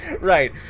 Right